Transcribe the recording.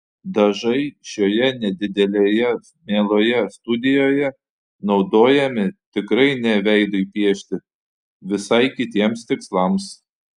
dažai šioje nedidelėje mieloje studijoje naudojami tikrai ne veidui piešti visai kitiems tikslams